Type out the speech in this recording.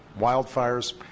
wildfires